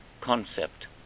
concept